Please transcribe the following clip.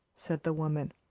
said the woman.